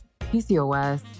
PCOS